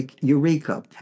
Eureka